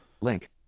link